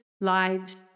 lives